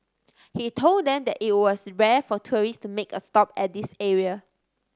he told them that it was rare for tourist to make a stop at this area